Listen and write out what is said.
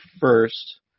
first